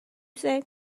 say